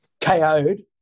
KO'd